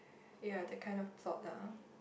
ya that kind of plot ah